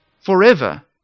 forever